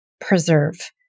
preserve